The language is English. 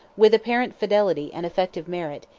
with apparent fidelity and effective merit,